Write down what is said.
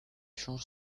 change